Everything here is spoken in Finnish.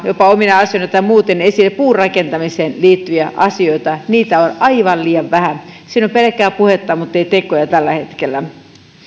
jopa omina asioina tai muuten esille puurakentamiseen liittyviä asioita niitä on aivan liian vähän siinä on pelkkää puhetta muttei tekoja tällä hetkellä